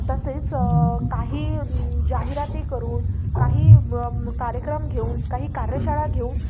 तसेच काही जाहिराती करून काही ब कार्यक्रम घेऊन काही कार्यशाळा घेऊन